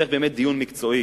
צריך דיון מקצועי,